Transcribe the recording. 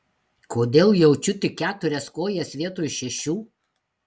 kodėl jaučiu tik keturias kojas vietoj šešių